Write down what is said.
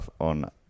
on